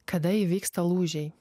kada įvyksta lūžiai